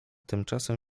tymczasem